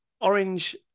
orange